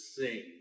sing